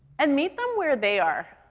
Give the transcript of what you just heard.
and meet them where they are.